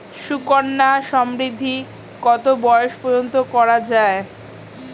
সুকন্যা সমৃদ্ধী কত বয়স পর্যন্ত করা যায়?